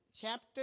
chapter